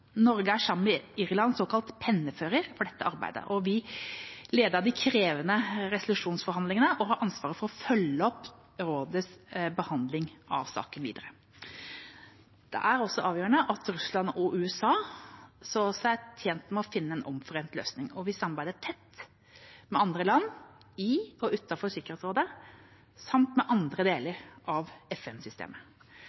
Norge er, sammen med Irland, såkalt pennefører for dette arbeidet. Vi ledet de krevende resolusjonsforhandlingene og har ansvar for å følge opp rådets behandling av saken videre. Det var også avgjørende at Russland og USA så seg tjent med å finne en omforent løsning. Vi samarbeider tett med andre land i og utenfor Sikkerhetsrådet, samt med andre deler